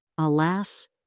Alas